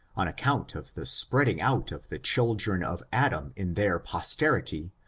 on account of the spreading out of the children of adam in their posterity,